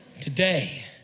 today